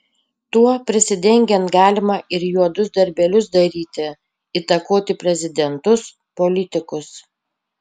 tuo prisidengiant galima ir juodus darbelius daryti įtakoti prezidentus politikus